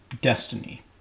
Destiny